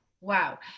wow